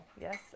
yes